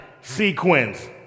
sequence